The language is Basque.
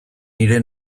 nire